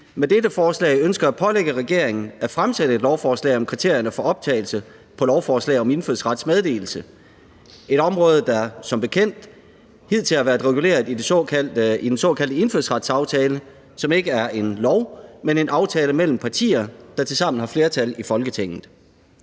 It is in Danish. med dette forslag ønsker at pålægge regeringen at fremsætte et lovforslag om kriterierne for optagelse på lovforslag om indfødsrets meddelelse, et område, der som bekendt hidtil har været reguleret i den såkaldte indfødsretsaftale, som ikke er en lov, men en aftale mellem partier, der tilsammen har flertal i Folketinget.